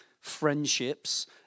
friendships